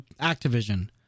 Activision